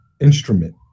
instrument